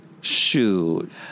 Shoot